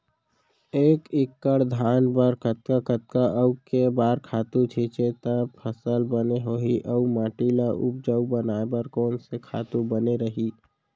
एक एक्कड़ धान बर कतका कतका अऊ के बार खातू छिंचे त फसल बने होही अऊ माटी ल उपजाऊ बनाए बर कोन से खातू बने रही?